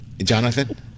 Jonathan